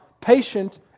patient